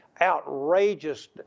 outrageous